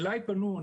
אליי פנו,